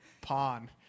Pawn